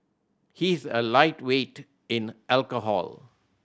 he is a lightweight in alcohol